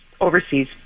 overseas